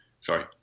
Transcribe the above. sorry